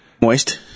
Moist